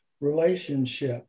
relationship